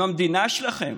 אם המדינה שלכם